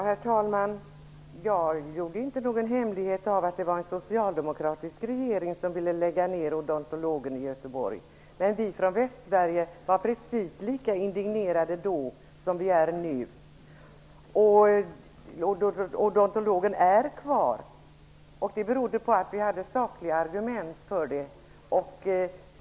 Herr talman! Jag gjorde inte någon hemlighet av att det var en socialdemokratisk regering som ville lägga ner Odontologen i Göteborg. Vi från Västsverige var emellertid precis lika indignerade då som vi är nu. Odontologen är kvar, och det beror på att vi hade sakliga argument för vår sak.